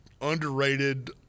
underrated